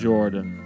Jordan